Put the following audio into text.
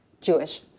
Jewish